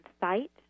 site